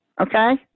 okay